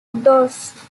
dos